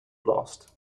blast